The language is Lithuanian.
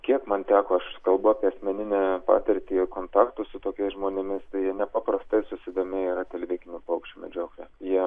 kiek man teko aš kalbu apie asmeninę patirtį kontaktų su tokiais žmonėmis tai nepaprastai susidomėję yra tilvikinių paukščių medžiokle jiem